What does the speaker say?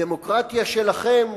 הדמוקרטיה שלכם,